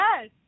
Yes